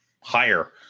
higher